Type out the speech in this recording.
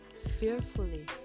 fearfully